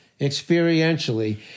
experientially